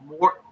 more